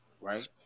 Right